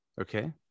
Okay